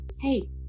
hey